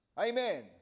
Amen